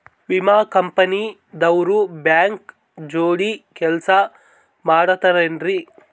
ವಿಮಾ ಕಂಪನಿ ದವ್ರು ಬ್ಯಾಂಕ ಜೋಡಿ ಕೆಲ್ಸ ಮಾಡತಾರೆನ್ರಿ?